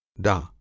da